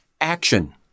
action